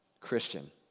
Christian